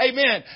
Amen